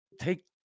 take